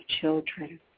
children